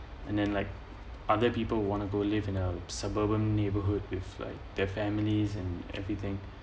and then like other people want to go live in a suburban neighbourhood with like their families and everything